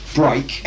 break